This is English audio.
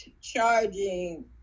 charging